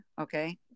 Okay